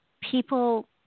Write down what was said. people